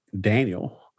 Daniel